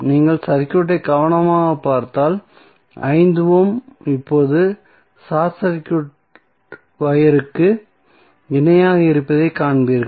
நீங்கள் சர்க்யூட்டை கவனமாக பார்த்தால் 5 ஓம் இப்போது ஷார்ட் சர்க்யூட் வயர்க்கு இணையாக இருப்பதைக் காண்பீர்கள்